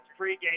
pregame